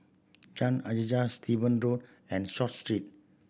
John Hajijah Steven Road and Short Street